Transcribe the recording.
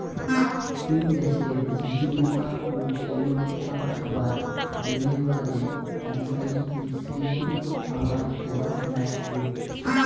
চীন দ্যাশের ঝিঁঝিপোকা ও তেলুয়াপোকার খাবার গুণের বাদে আজিকালি মিশ্রিত আবাদ হবার নাইগচে